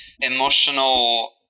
emotional